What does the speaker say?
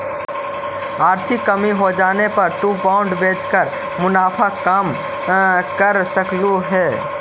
आर्थिक कमी होजाने पर तु बॉन्ड बेचकर मुनाफा कम कर सकलु हे